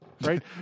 right